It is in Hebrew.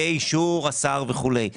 באישור השר וכדומה,